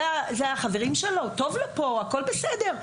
זה החברים שלו, טוב לו פה, הכול בסדר.